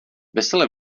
veselé